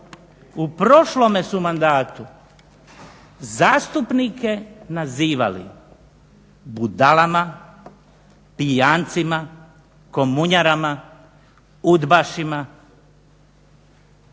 u prošlome su mandatu zastupnike nazivali budalama, pijancima, komunjarama, udbašima,